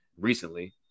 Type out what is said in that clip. recently